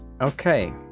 okay